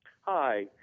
Hi